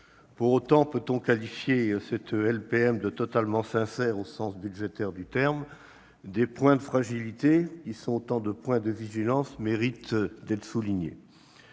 Pour autant, peut-on qualifier cette LPM de totalement sincère au sens budgétaire du terme ? Des points de fragilité, qui sont autant de points de vigilance, méritent d'être relevés.